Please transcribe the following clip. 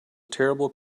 terrible